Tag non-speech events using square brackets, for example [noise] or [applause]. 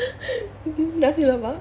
[laughs] nasi lemak